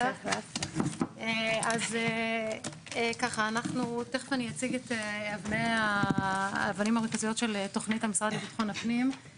תכף אציג את האבנים המרכזיות של תוכנית המשרד לביטחון הפנים.